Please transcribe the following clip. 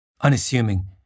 unassuming